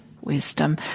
wisdom